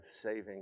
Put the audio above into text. saving